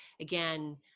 again